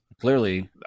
Clearly